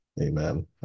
Amen